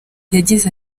yagize